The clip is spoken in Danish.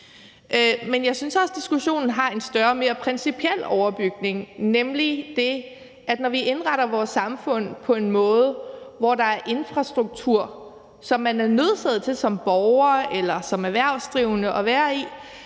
Men jeg synes også, at diskussionen har en større, mere principiel overbygning, nemlig det, at når vi indretter vores samfund på en måde, hvor der er infrastruktur, som man er nødsaget til som borger eller som erhvervsdrivende at være i,